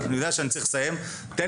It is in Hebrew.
יש לי